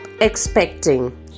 expecting